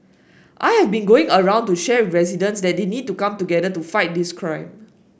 I have been going around to share residents that they need to come together to fight this crime